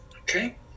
okay